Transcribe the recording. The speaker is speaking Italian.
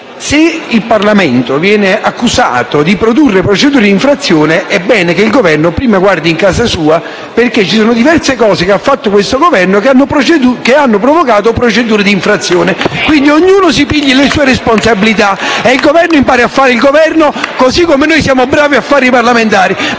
se il Parlamento viene accusato di produrre procedure di infrazione, è bene che l'Esecutivo guardi prima in casa propria. Infatti, diverse cose fatte da questo Governo hanno provocato procedure di infrazione. Quindi, ognuno si assuma le proprie responsabilità e il Governo impari a fare il Governo così come noi siamo bravi a fare i parlamentari,